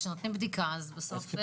כשנותנים בדיקה אז בסוף,